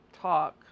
talk